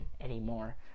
anymore